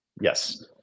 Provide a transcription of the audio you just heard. Yes